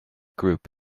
group